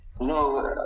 no